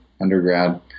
undergrad